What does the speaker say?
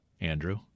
Andrew